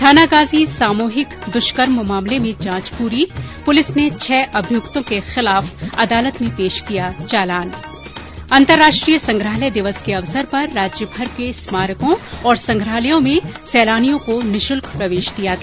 थानागाजी सामूहिक दुष्कर्म मामले में जांच पूरी पुलिस ने छह अभियुक्तों के खिलाफ अदालत में पेश किया चालान अन्तर्राष्ट्रीय संग्रहालय दिवस के अवसर पर राज्यभर के स्मारकों और संग्रहालयों में सैलानियों को निःशुल्क प्रवेश दिया गया